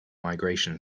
migration